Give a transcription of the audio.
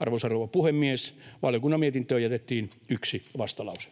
Arvoisa rouva puhemies! Valiokunnan mietintöön jätettiin yksi vastalause.